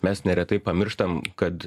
mes neretai pamirštam kad